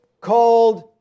Called